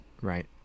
right